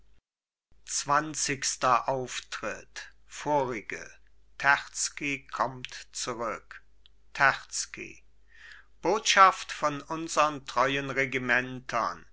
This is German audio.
zwanzigster auftritt vorige terzky kommt zurück terzky botschaft von unsern treuen regimentern